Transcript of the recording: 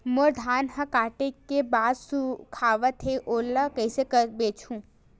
मोर धान ह काटे के बाद सुखावत हे ओला कइसे बेचहु?